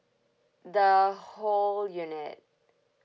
the whole unit